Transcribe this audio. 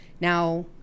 Now